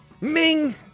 Ming